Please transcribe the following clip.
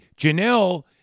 Janelle